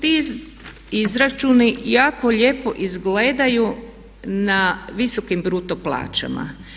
Ti izračuni jako lijepo izgledaju na visokim bruto plaćama.